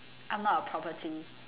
I'm not a property